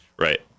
right